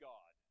God